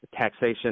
taxation